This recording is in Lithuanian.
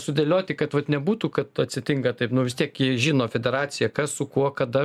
sudėlioti kad vat nebūtų kad atsitinka taip nu vis tiek žino federacija kas su kuo kada